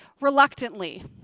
reluctantly